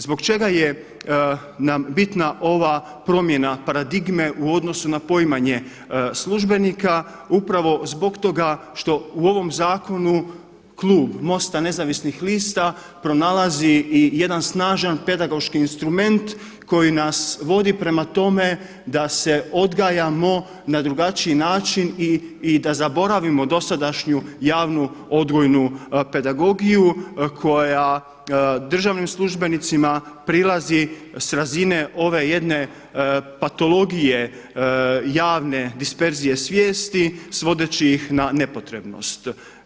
Zbog čega je nam bitna ova promjena paradigme u odnosu na poimanje službenika, upravo zbog toga što u ovom zakonu Klub MOST-a Nezavisnih lista pronalazi i jedan snažan pedagoški instrument koji nas vodi prema tome da se odgajamo na drugačiji način i da zaboravimo dosadašnju javnu odgojnu pedagogiju koja državnim službenicima prilazi s razine ove jedne patologije, javne disperzije svijesti svodeći ih na nepotrebnost.